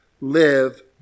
live